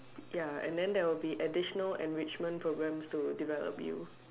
ya and then there will be additional enrichment programs to develop you